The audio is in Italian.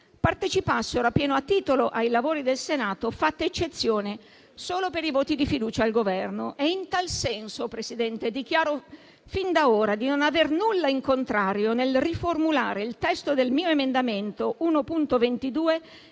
partecipassero a pieno titolo ai lavori del Senato, fatta eccezione solo per i voti di fiducia al Governo. In tal senso, Presidente, dichiaro fin da ora di non aver nulla in contrario nel riformulare il testo del mio emendamento 1.22